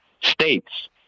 states